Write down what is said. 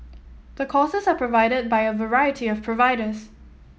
the courses are provided by a variety of providers